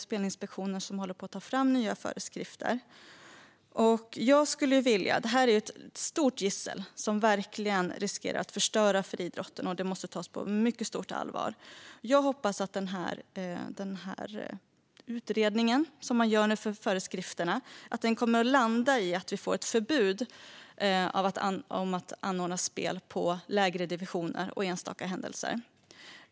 Spelinspektionen håller ju på att ta fram nya föreskrifter. Det här är ett stort gissel som verkligen riskerar att förstöra för idrotten, och det måste tas på mycket stort allvar. Jag hoppas att den utredning man gör kommer att resultera i att vi får ett förbud mot att anordna spel på matcher i lägre divisioner och på enstaka händelser.